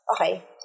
Okay